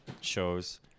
shows